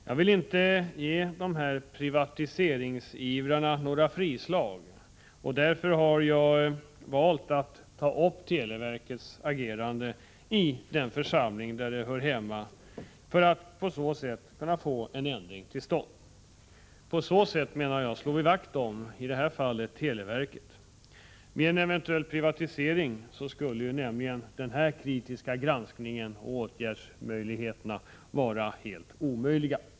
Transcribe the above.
Jag vill inte ge privatiseringsivrarna några frislag och har därför valt att ta upp televerkets agerande i den församling där det bör behandlas. Därmed hoppas jag kunna få en ändring till stånd. På det sättet slår vi, i det här fallet, vakt om televerket. Vid en privatisering skulle nämligen den kritiska granskningen och möjligheten till åtgärder vara helt otänkbara.